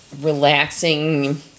relaxing